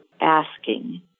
asking